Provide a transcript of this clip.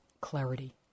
clarity